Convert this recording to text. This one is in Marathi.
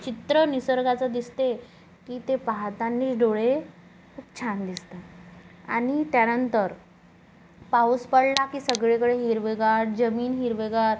चित्र निसर्गाचं दिसते की ते पाहताना डोळे खूप छान दिसतात आणि त्यानंतर पाऊस पडला की सगळीकडे हिरवेगार जमीन हिरवेगार